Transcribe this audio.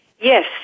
Yes